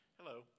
Hello